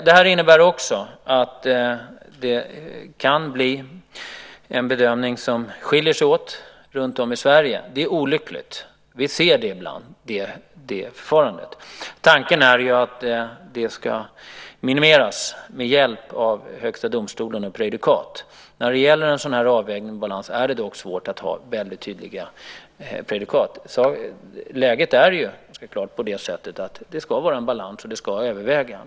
Det här innebär också att det kan bli en bedömning som skiljer sig åt runtom i Sverige. Det är olyckligt. Vi ser det ibland. Tanken är ju att det ska minimeras med hjälp av Högsta domstolen och prejudikat. När det gäller en sådan här avvägning och balans är det dock väldigt svårt att ha väldigt tydliga prejudikat. Läget är alltså att det ska vara en balans och att man ska överväga.